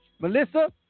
Melissa